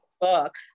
book